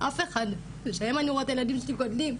אף אחד, שהיום אני רואה את הילדים שלי גדלים,